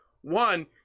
one